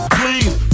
please